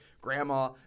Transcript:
grandma